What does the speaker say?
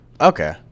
Okay